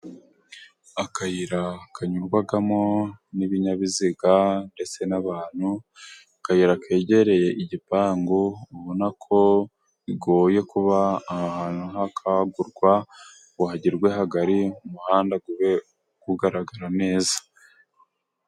Akayira kanyurwamo n'ibinyabiziga ndetse n'abantu akayira kegereye igipangu ubona ko bigoye kuba ahantu hakagurwa ngo hagirwe hagari umuhanda ube ugaragara neza.